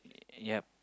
ya